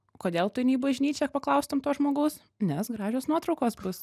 kodėl tu eini į bažnyčią paklaustum to žmogaus nes gražios nuotraukos bus